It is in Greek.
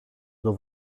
τον